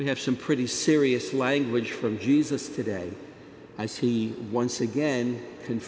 we have some pretty serious language from jesus today as he once again